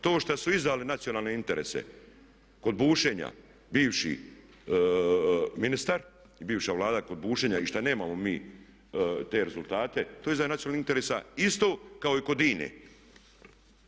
To što su izdali nacionalne interese kod bušenja bivši ministar, bivša Vlada kod bušenja i što nemamo mi te rezultate, to je izdaja nacionalnih interesa isto kao i kod INA-e.